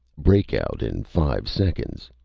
breakout in five seconds.